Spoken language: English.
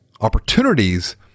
opportunities